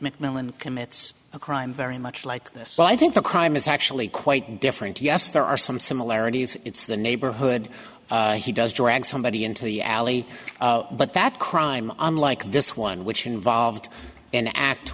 mcmillan commits a crime very much like this but i think the crime is actually quite different yes there are some similarities it's the neighborhood he does drag somebody into the alley but that crime unlike this one which involved an act